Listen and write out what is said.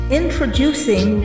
introducing